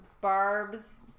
Barb's